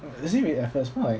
is it really effort it's more like